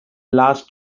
last